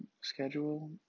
schedule